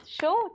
show